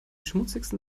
schmutzigsten